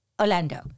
Orlando